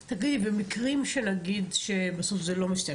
תגידי, ומקרים שבסוף זה לא מסתיים?